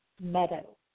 Meadow